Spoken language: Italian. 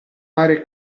mare